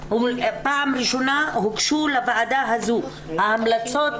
פעם ראשונה הוגשו לוועדה הזו ההמלצות,